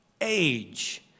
age